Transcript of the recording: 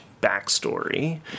backstory